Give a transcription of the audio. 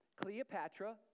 Cleopatra